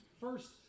First